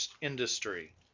industry